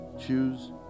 choose